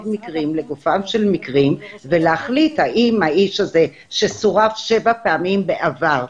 מקרים לגופם ולהחליט האם האיש הזה שסורב שבע פעמים בעבר,